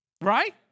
right